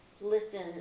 listen